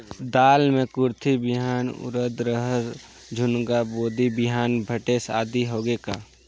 दाल मे कुरथी बिहान, उरीद, रहर, झुनगा, बोदी बिहान भटेस आदि होगे का?